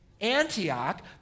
Antioch